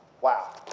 Wow